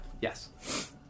Yes